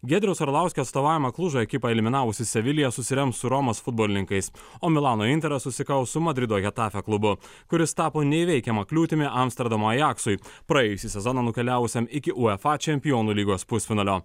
giedriaus arlauskio atstovaujama klužo ekipa eliminavusi sevilija susirems su romos futbolininkais o milano interas susikaus su madrido getafe klubu kuris tapo neįveikiama kliūtimi amsterdamo ajaksui praėjusį sezoną nukeliauvusiam iki uefa čempionų lygos pusfinalio